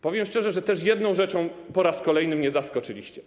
Powiem szczerze, że jedną rzeczą po raz kolejny mnie zaskoczyliście.